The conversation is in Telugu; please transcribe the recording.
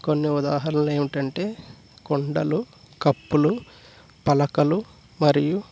కొన్ని ఉదాహరణలేమిటంటే కొండలు కప్పులు పలకలు మరియు